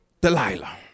Delilah